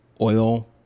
oil